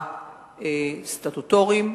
הסטטוטוריים,